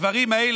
הדברים האלה,